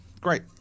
great